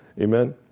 Amen